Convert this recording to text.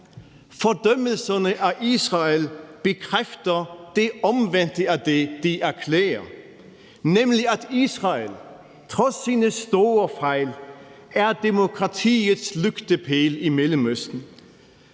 Fordømmelserne af Israel bekræfter det omvendte af det, de erklærer, nemlig at Israel trods sine store fejl er demokratiets lygtepæl i Mellemøsten.